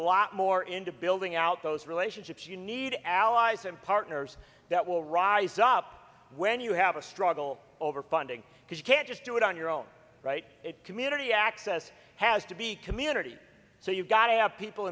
lot more into building out those relationships you need allies and partners that will rise up when you have a struggle over funding because you can't just do it on your own it community access has to be community so you've got to have people